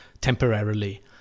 temporarily